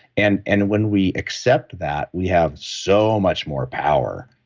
and and when we accept that, we have so much more power.